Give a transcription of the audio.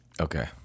Okay